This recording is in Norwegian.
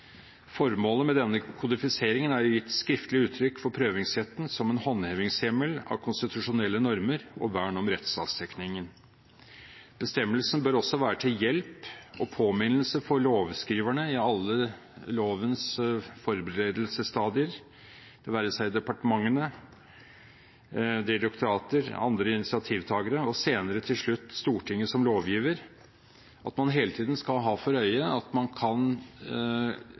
Formålet med denne kodifiseringen er å gi et skriftlig uttrykk for prøvingsretten som en håndhevingshjemmel av konstitusjonelle normer og vern om rettsstatstenkningen. Bestemmelsen bør også være til hjelp og påminnelse for lovskriverne i alle lovens forberedelsesstadier – være seg departementene, direktorater, andre initiativtagere og senere, til slutt, Stortinget som lovgiver – at man hele tiden skal ha for øye at man kan